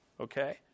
Okay